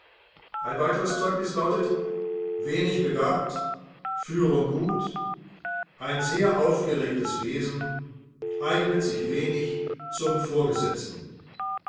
ein weiteres zeugnis lautet wenig begabt führung gut ein sehr aufgeregtes wesen eignet sich wenig zum vorgesetzten